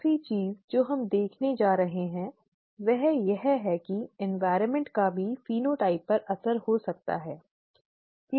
आखिरी चीज जो हम देखने जा रहे हैं वह यह है कि पर्यावरण का भी फेनोटाइप पर असर हो सकता है ठीक है